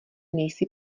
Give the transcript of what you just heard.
nejsi